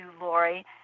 Lori